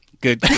Good